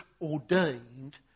ordained